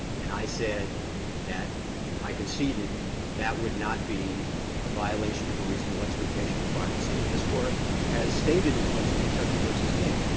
and i said that i conceded that would not be a violation of a reasonable expectation of privacy, and this court has stated as much in kentucky v. king.